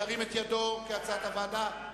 כהצעת הוועדה,